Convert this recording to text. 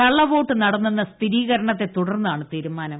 കള്ളവോട്ട് നടന്നെന്ന സ്ഥിരീകരണത്തെ തുടർന്നാണ് തീരുമാനം